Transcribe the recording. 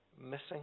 missing